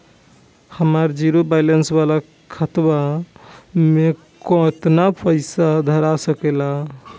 हमार zero balance वाला खतवा म केतना पईसा धरा सकेला?